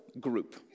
group